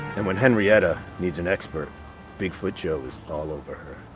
and when henrietta needs an expert bigfoot joe is all over her.